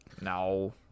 No